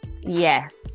Yes